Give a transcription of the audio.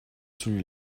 celui